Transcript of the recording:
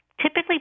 typically